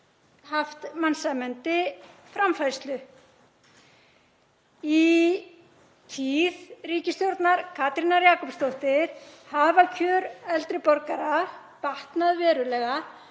haft mannsæmandi framfærslu. Í tíð ríkisstjórnar Katrínar Jakobsdóttur hafa kjör eldri borgara batnað verulega.